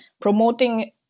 promoting